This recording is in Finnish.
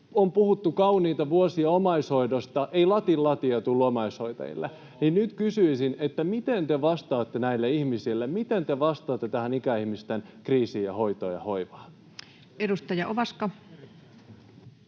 On puhuttu vuosia kauniita omaishoidosta, ei latin latia tullut omaishoitajille, [Eduskunnasta: Ohhoh!] joten nyt kysyisin, miten te vastaatte näille ihmisille, miten te vastaatte tähän ikäihmisten kriisiin ja hoitoon ja hoivaan. Edustaja Ovaska.